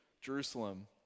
Jerusalem